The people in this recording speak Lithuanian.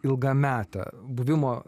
ilgametę buvimo